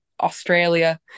australia